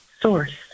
source